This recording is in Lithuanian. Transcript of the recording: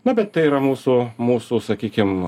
na bet tai yra mūsų mūsų sakykim